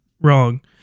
Wrong